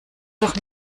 doch